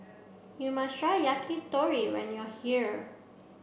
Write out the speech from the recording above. you must try Yakitori when you are here